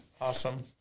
Awesome